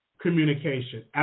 communication